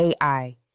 AI